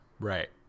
Right